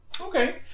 Okay